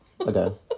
Okay